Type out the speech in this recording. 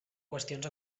qüestions